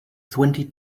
twenty